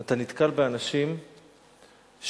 אתה נתקל באנשים שאכן